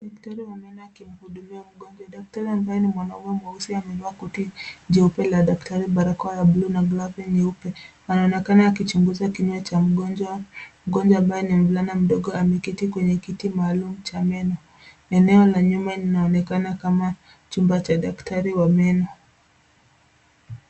Daktari wa meno akimhudumia mgonjwa, daktari ambaye ni mwanaume mweusi amevaa koti jeupe ya daktari, barakoa ya buluu na glavu nyeupe, anaonekana akichunguza kinywa cha mgonjwa, mgonjwa ambaye ni mvulana mdogo ameketi kwenye kiti maalum cha men. Eneo la nyuma linaonekana kama chumba cha daktari wa meno.